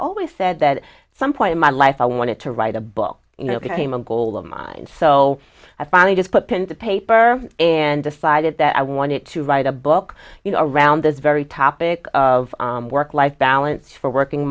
always said that some point in my life i wanted to write a book you know became a goal of mine so i finally just put pen to paper and decided that i wanted to write a book you know around this very topic of work life balance for working